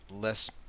less